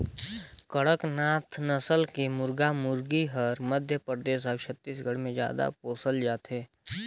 कड़कनाथ नसल के मुरगा मुरगी हर मध्य परदेस अउ छत्तीसगढ़ में जादा पोसल जाथे